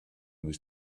was